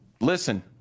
Listen